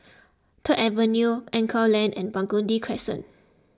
Third Avenue Anchorvale Lane and Burgundy Crescent